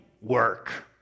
work